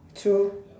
true